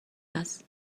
است